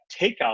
takeout